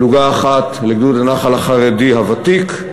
פלוגה אחת לגדוד הנח"ל החרדי הוותיק,